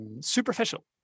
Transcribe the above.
superficial